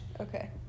Okay